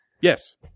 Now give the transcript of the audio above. Yes